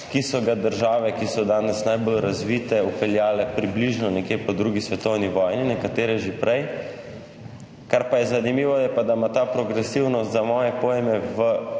ki so ga države, ki so danes najbolj razvite, vpeljale približno nekje po drugi svetovni vojni, nekatere že prej. Kar pa je zanimivo, je, da ima ta progresivnost za moje pojme